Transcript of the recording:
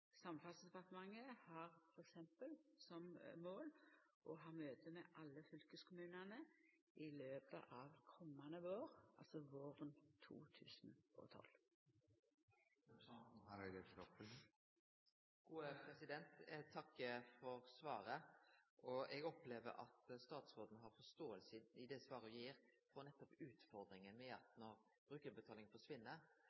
har f.eks. som mål å ha møte med alle fylkeskommunane i løpet av kommande vår, altså våren 2012. Eg takkar for svaret. Eg opplever at statsråden i det svaret ho gir, har forståing for utfordringa med